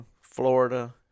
Florida